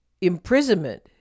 imprisonment